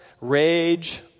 rage